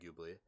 arguably